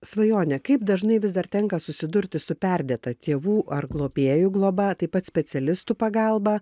svajone kaip dažnai vis dar tenka susidurti su perdėta tėvų ar globėjų globa taip pat specialistų pagalba